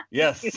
yes